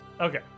Okay